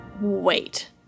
Wait